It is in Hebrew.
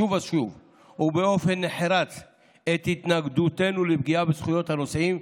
שוב ושוב ובאופן נחרץ את התנגדותנו לפגיעה בזכויות הנוסעים,